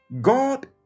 God